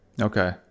Okay